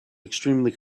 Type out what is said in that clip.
extremely